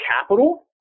capital